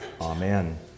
Amen